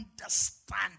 understand